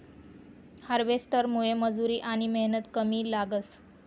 हार्वेस्टरमुये मजुरी आनी मेहनत कमी लागस